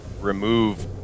remove